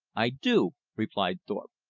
i do, replied thorpe,